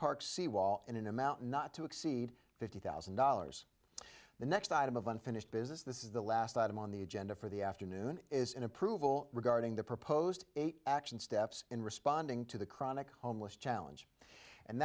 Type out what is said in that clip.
and in a mountain not to exceed fifty thousand dollars the next item of unfinished business this is the last item on the agenda for the afternoon is an approval regarding the proposed action steps in responding to the chronic homeless challenge and